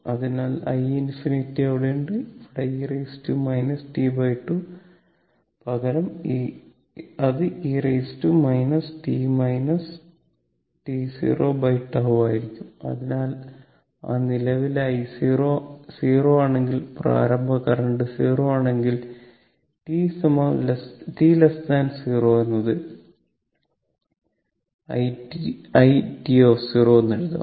അതിനാൽ i∞ അവിടെയുണ്ട് ഇവിടെ e tτ പകരം അത് e τ ആയിരിക്കും അതിനാൽ ആ നിലവിലെ i0 0 ആണെങ്കിൽ പ്രാരംഭ കറന്റ് 0 ആണെങ്കിൽ t 0 എന്നതിന് i എന്ന് എഴുതാം